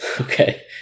Okay